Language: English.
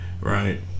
right